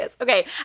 Okay